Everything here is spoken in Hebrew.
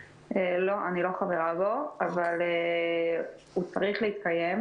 לא, אני לא חברה בו אבל הוא צריך להתקיים.